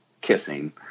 kissing